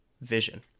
Vision